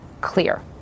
clear